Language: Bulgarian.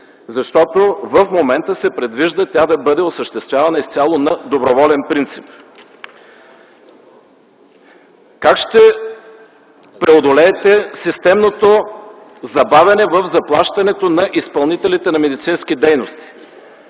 защото в момента се предвижда тя да бъде осъществявана изцяло на доброволен принцип? Как ще преодолеете системното забавяне в заплащането на изпълнителите на медицински дейности?